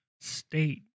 state